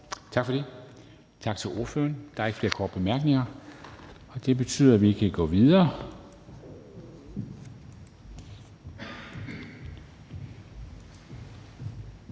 Tak for det. Tak til ordføreren. Der er ikke flere korte bemærkninger, og det betyder, at vi kan gå videre.